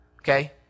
Okay